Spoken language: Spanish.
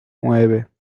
nueve